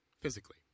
physically